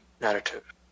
narrative